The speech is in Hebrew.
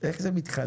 איך זה מתחלק?